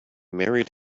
married